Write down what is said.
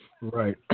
Right